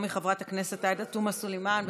היא חברת הכנסת עאידה תומא סלימאן.